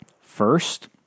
First